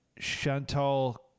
Chantal